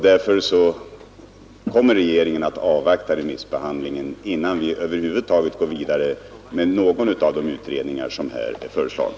Därför kommer regeringen att avvakta remissbehandlingen, innan vi över huvud taget går vidare med någon av de utredningar som här är föreslagna.